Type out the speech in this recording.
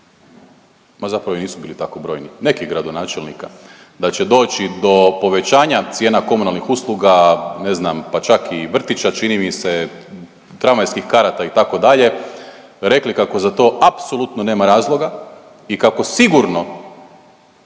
ma zapravo i nisu bili tako brojni, nekih gradonačelnika da će doći do povećanja cijena komunalnih usluga, ne znam pa čak i vrtića čini mi se, tramvajskih karata itd., rekli kako za to apsolutno nema razloga i kako sigurno